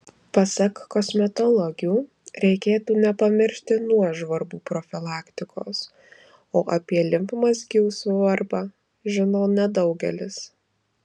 pasak kosmetologių reikėtų nepamiršti nuožvarbų profilaktikos o apie limfmazgių svarbą žino nedaugelis